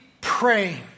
praying